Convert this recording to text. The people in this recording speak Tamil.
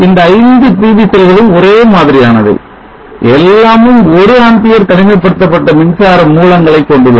இந்த 5 PV செல்களும் ஒரே மாதிரியானவை எல்லாமும் ஒரு Amp தனிமைப்படுத்தப்பட்ட மின்சார மூலங்களை கொண்டுள்ளன